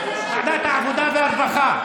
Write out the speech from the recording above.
לוועדת העבודה והרווחה.